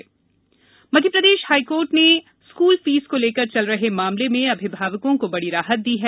school fees Madhya Pradesh high court ने school fees को लेकर चल रहे मामले में अभिभावकों को बड़ी राहत दी है